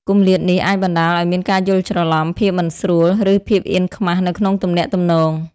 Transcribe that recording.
គម្លាតនេះអាចបណ្តាលឱ្យមានការយល់ច្រឡំ ភាពមិនស្រួល ឬភាពអៀនខ្មាសនៅក្នុងទំនាក់ទំនង។